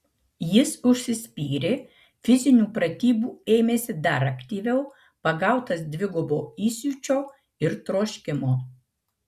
jis užsispyrė fizinių pratybų ėmėsi dar aktyviau pagautas dvigubo įsiūčio ir troškimo